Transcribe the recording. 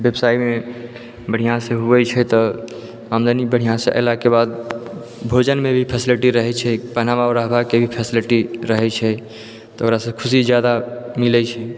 व्यवसाय मे बढिऑं से होइ छै तऽ आमदनी बढ़िऑं से एलाके बाद भोजन मे भी फैसिलिटी रहै छै पहनावा ओढावा के भी फैसिलिटी रहै छै तऽ ओकरा सऽ खुशी जादा मिलै छै